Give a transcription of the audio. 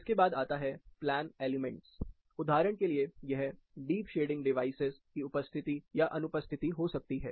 इसके बाद आता है प्लैन एलिमेंट उदाहरण के लिए यह डीप शेडिंग डिवाइसेज की उपस्थिति या अनुपस्थिति हो सकती है